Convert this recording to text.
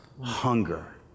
hunger